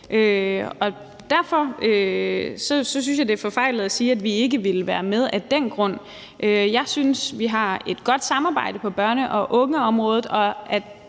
Derfor synes jeg, det er forfejlet at sige, at vi ikke vil være med af den grund. Jeg synes, vi har et godt samarbejde på børne- og ungeområdet,